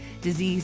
disease